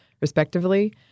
respectively